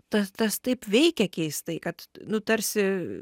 ta tas taip veikė keistai kad nu tarsi